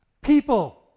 People